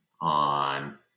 on